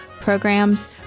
programs